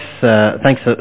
thanks